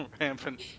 Rampant